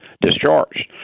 discharged